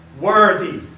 Worthy